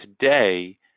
today